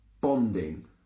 bonding